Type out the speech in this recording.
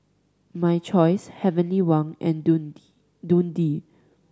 My Choice Heavenly Wang and Dundee